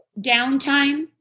downtime